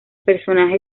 personaje